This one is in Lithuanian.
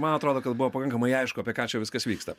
man atrodo kad buvo pakankamai aišku apie ką čia viskas vyksta